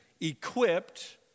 equipped